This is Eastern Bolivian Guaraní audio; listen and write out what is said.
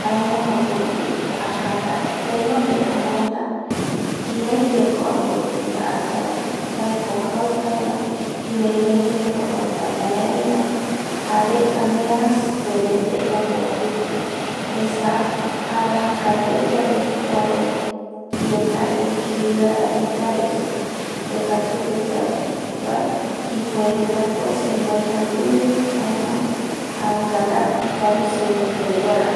jaema jokogui ajata, tenonde amaeta, kiraiyaeko amboipita ayapo mbae ko jautavae, kirairaiyaeko mbae jauta ai vae jare aniara serete ombopitu esa araja kaviayave, kua dieta equilibrada jei karai reta supeyae vae ipueretako semboejaguiri jaema ngara ikavi serete peguara